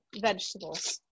vegetables